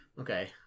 Okay